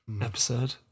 Episode